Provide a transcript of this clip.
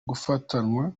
gufatanwa